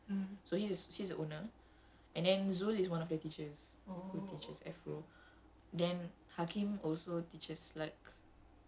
no no no actually K K jap there's two people the receptionist is called ash so he's she's owner and then zul is one of the teachers